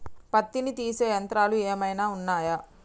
పత్తిని తీసే యంత్రాలు ఏమైనా ఉన్నయా?